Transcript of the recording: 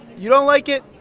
you don't like it,